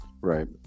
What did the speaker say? Right